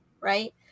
right